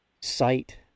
sight